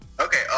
Okay